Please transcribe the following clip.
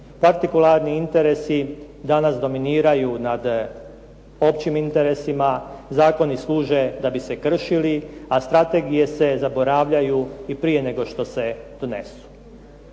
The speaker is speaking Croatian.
Partikularni interesi danas dominiraju nad općim interesima, zakoni služe da bi se kršili a strategije se zaboravljaju i prije nego što se donesu.